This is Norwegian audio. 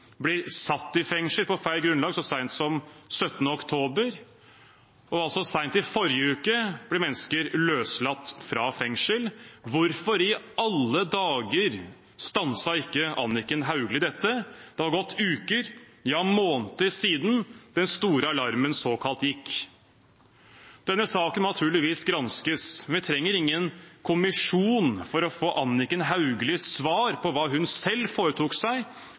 blir satt i fengsel på feil grunnlag så sent som 17. oktober, og sent i forrige uke ble mennesker løslatt fra fengsel. Hvorfor i alle dager stanset ikke Anniken Hauglie dette? Det har gått uker, ja måneder, siden den såkalt store alarmen gikk. Denne saken må naturligvis granskes, men vi trenger ingen kommisjon for å få Anniken Hauglies svar på hva hun selv foretok seg